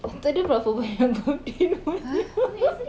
atuk dia berapa banyak birthday